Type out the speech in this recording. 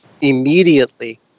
immediately